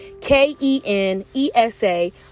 K-E-N-E-S-A